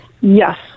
Yes